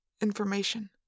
information